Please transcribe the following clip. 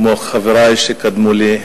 כמו חברי שקדמו לי,